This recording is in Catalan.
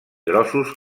grossos